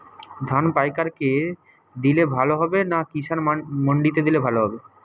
ধান পাইকার কে দিলে ভালো হবে না কিষান মন্ডিতে দিলে ভালো হবে?